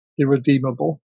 irredeemable